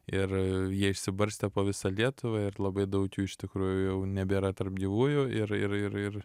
ir jie išsibarstę po visą lietuvą ir labai daug jų iš tikrųjų jau nebėra tarp gyvųjų ir ir ir ir